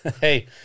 Hey